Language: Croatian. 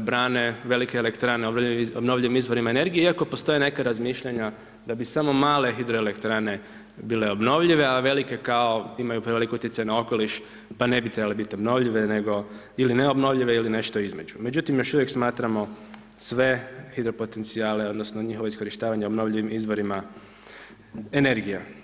brane, velike elektrane obnovljivim izvorima energije iako postoje neka razmišljanja da bi samo male hidroelektrane bile obnovljive a velike kao imaju preveliki utjecaj na okoliš pa ne bi trebale biti obnovljive ili neobnovljive ili nešto između međutim još uvijek smatramo sve hidro potencijale odnosno njihovo iskorištavanje obnovljivim izvorima energije.